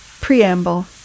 preamble